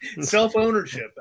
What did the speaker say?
Self-ownership